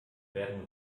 werden